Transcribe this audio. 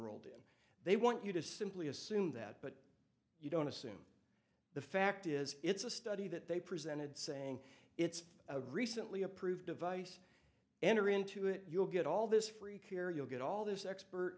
in they want you to simply assume that but you don't assume the fact is it's a study that they presented saying it's a recently approved device enter into it you'll get all this free care you'll get all this